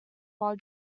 while